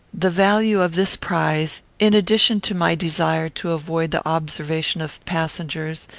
the value of this prize, in addition to my desire to avoid the observation of passengers,